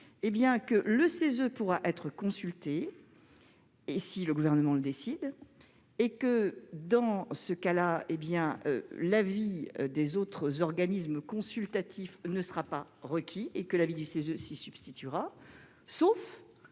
que le CESE pourra être consulté si le Gouvernement le décide. Dans ce cas, l'avis des autres organismes consultatifs ne sera pas requis, l'avis du CESE s'y substituera, sauf